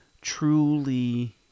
truly